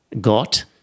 got